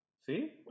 See